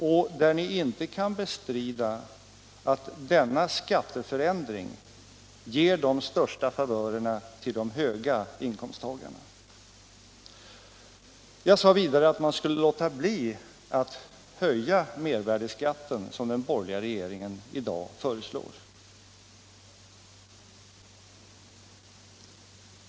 Ni kan inte bestrida att den skatteförändringen ger de största favörerna till höginkomsttagarna. Jag sade vidare att man skulle låta bli att höja mervärdeskatten, vilket den borgerliga regeringen i dag föreslår.